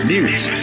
News